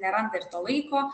neranda ir to laiko